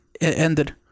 ended